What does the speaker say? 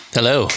Hello